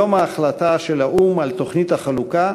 יום ההחלטה של האו"ם על תוכנית החלוקה,